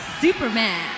superman